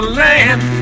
land